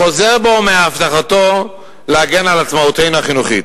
חוזר בו מהבטחתו להגן על עצמאותנו החינוכית.